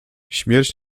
śmierć